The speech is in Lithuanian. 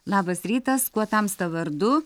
labas rytas kuo tamsta vardu